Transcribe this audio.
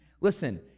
Listen